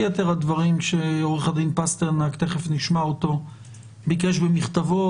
יתר הדברים שעורך הדין פסטרנק ביקש במכתבו